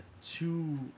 Two